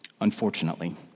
unfortunately